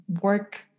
work